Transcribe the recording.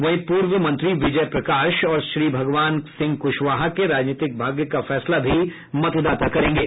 वहीं पूर्व मंत्री विजय प्रकाश और श्रीभगवान सिंह कुशवाहा के राजनीतिक भाग्य का फैसला भी मतदाता करेंगे